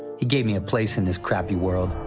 he gave me a place in this crappy world.